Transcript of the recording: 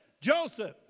Joseph